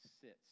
sits